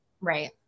right